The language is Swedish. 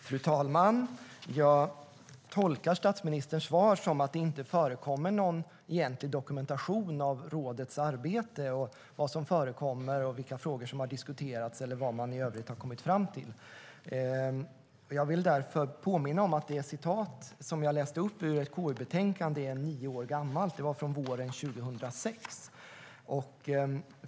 Fru talman! Jag tolkar statsministerns svar som att det inte förekommer någon egentlig dokumentation av rådets arbete, vad som förekommer, vilka frågor som har diskuterats eller vad man i övrigt har kommit fram till. Jag vill därför påminna om att det citat som jag läste upp ur ett KU-betänkande är nio år gammalt, från våren 2006.